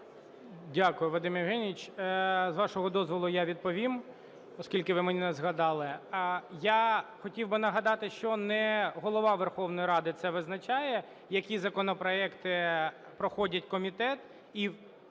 Дякую, Вадим Євгенович. З вашого дозволу, я відповім, оскільки ви мене згадали. Я хотів би нагадати, що не Голова Верховної Ради це визначає, які законопроекти проходять комітет, і приймається